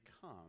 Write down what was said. come